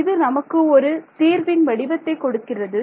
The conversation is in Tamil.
இது நமக்கு ஒரு தீர்வின் வடிவத்தை கொடுக்கிறது